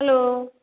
hello